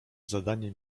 zadanie